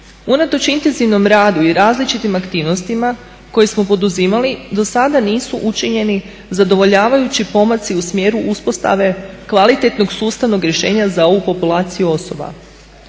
Unatoč intenzivnom radu i različitim aktivnostima koje smo poduzimali do sada nisu učinjeni zadovoljavajući pomaci u smjeru uspostave kvalitetnog sustavnog rješenja za ovu populaciju osoba.